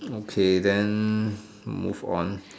okay then move on